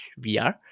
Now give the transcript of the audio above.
vr